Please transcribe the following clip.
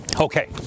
Okay